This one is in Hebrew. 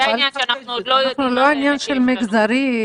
זה לא עניין מגזרי,